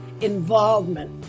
involvement